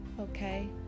Okay